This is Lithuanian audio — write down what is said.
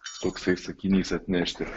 toksai sakinys atnešti